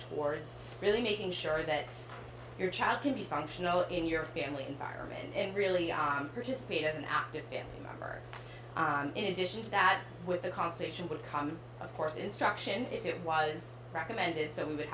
towards really making sure that your child can be functional in your family environment and really are participate as an active family member in addition to that with the conservation would come of course instruction if it was recommended so we would